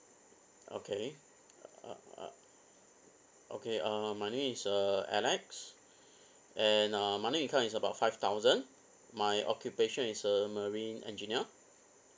okay uh uh okay uh my name is uh alex and uh monthly income is about five thousand my occupation is a marine engineer